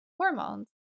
hormones